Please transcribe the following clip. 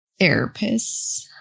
therapists